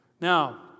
Now